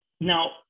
now